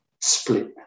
split